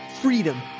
freedom